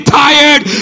tired